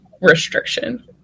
restriction